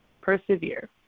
Persevere